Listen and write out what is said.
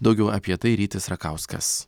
daugiau apie tai rytis rakauskas